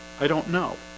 i don't know